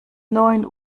neun